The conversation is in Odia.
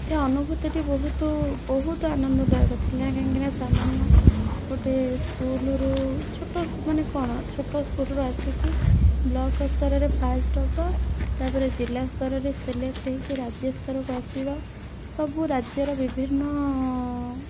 ଏ ଅନୁଭୂତିଟି ବହୁତ ବହୁତ ଆନନ୍ଦଦାୟକ ଥିଲା କାହିଁକିନା ସାମାନ୍ୟ ଗୋଟେ ସ୍କୁଲ୍ରୁ ଛୋଟ ମାନେ କ'ଣ ଛୋଟ ସ୍କୁଲ୍ରୁ ଆସିକି ବ୍ଲକ୍ ସ୍ତରରେ ଫାଷ୍ଟ୍ ହେବା ତା'ପରେ ଜିଲ୍ଲା ସ୍ତରରେ ସିଲେକ୍ଟ୍ ହୋଇକି ରାଜ୍ୟ ସ୍ତରକୁ ଆସିବା ସବୁ ରାଜ୍ୟର ବିଭିନ୍ନ